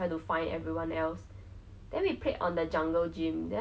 so I stayed back with my friend we were in the same tuition class then we